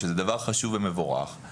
שזה דבר חשוב ומבורך,